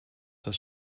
das